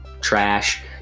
trash